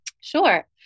Sure